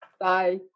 Bye